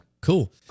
cool